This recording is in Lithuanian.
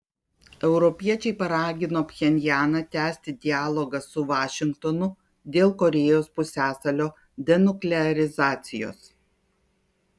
europiečiai paragino pchenjaną tęsti dialogą su vašingtonu dėl korėjos pusiasalio denuklearizacijos